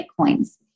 Bitcoins